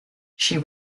she